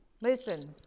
listen